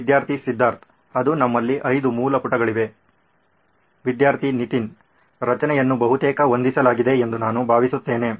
ವಿದ್ಯಾರ್ಥಿ ಸಿದ್ಧಾರ್ಥ್ ಅದು ನಮ್ಮಲ್ಲಿ ಐದು ಮೂಲ ಪುಟಗಳಿವೆ ವಿದ್ಯಾರ್ಥಿ ನಿತಿನ್ ರಚನೆಯನ್ನು ಬಹುತೇಕ ಹೊಂದಿಸಲಾಗಿದೆ ಎಂದು ನಾನು ಭಾವಿಸುತ್ತೇನೆ